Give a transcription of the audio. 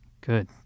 Good